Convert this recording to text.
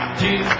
two